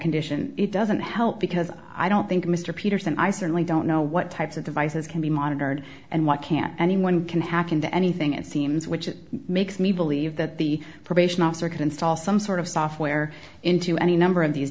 condition it doesn't help because i don't think mr peterson i certainly don't know what types of devices can be monitored and why can't anyone can hack into anything it seems which makes me believe that the probation officer can install some sort of software into any number of these